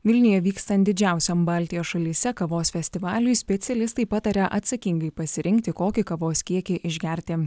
vilniuje vykstant didžiausiam baltijos šalyse kavos festivaliui specialistai pataria atsakingai pasirinkti kokį kavos kiekį išgerti